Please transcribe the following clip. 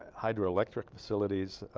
hydroelectric facilities